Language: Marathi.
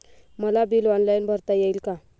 मला बिल ऑनलाईन भरता येईल का?